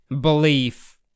belief